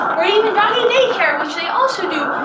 or even daycare which they also do,